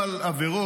אבי,